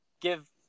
give